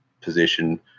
position